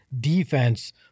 defense